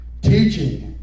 teaching